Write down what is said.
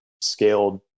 scaled